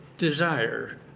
desire